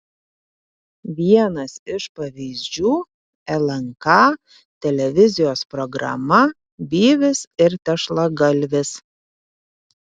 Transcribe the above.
vienas iš pavyzdžių lnk televizijos programa byvis ir tešlagalvis